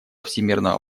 всемирного